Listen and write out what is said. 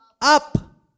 up